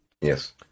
Yes